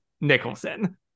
nicholson